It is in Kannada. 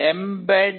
mbed